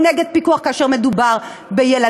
או שאתם נגד פיקוח כאשר מדובר בילדים.